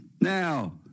Now